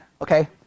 Okay